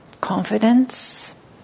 confidence